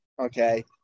okay